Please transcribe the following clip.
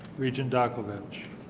regent dakovich,